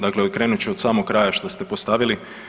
Dakle, krenut ću od samog kraja što ste postavili.